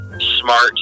smart